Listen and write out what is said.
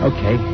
Okay